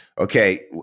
Okay